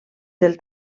del